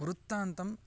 वृत्तान्तं